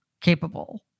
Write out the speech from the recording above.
capable